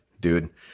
dude